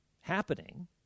happening